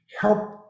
help